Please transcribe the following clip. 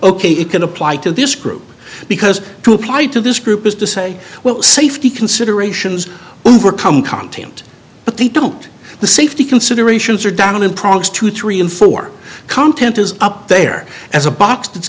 ok it can apply to this group because to apply to this group is to say well safety considerations overcome content but they don't the safety considerations are down approx two three and four content is up there as